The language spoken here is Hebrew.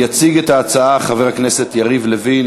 יציג את ההצעה חבר הכנסת יריב לוין,